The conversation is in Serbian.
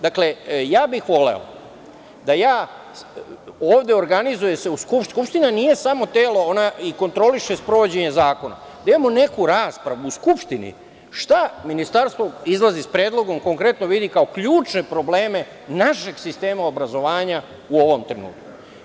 Dakle, ja bih voleo da se ovde organizuje, jer Skupština nije samo telo, ona i kontroliše sprovođenje zakona, da imamo neku raspravu u Skupštini i da vidimo sa kojim konkretno predlogom izlazi Ministarstvo i šta vidi kao ključne probleme našeg sistema obrazovanja u ovom trenutku.